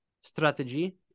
strategy